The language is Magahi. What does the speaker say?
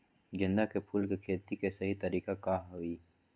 गेंदा के फूल के खेती के सही तरीका का हाई?